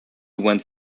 went